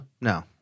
No